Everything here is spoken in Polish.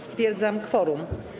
Stwierdzam kworum.